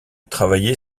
travaillé